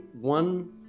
one